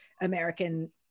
american